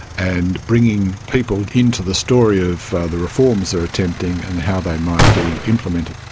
and bringing people into the story of the reforms they're attempting and how they might be implemented.